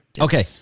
okay